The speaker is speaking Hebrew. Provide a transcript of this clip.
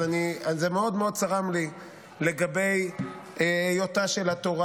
אבל זה מאוד מאוד צרם לי לגבי היותה של התורה